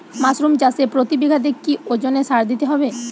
Mushroom চাষে প্রতি বিঘাতে কি ওজনে সার দিতে হবে?